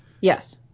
Yes